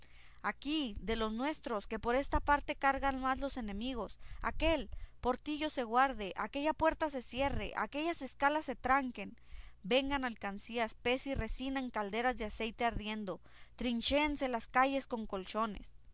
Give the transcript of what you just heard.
aquí de los nuestros que por esta parte cargan más los enemigos aquel portillo se guarde aquella puerta se cierre aquellas escalas se tranquen vengan alcancías pez y resina en calderas de aceite ardiendo trinchéense las calles con colchones